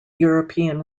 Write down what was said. european